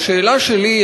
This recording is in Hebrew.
השאלה שלי היא,